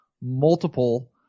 multiple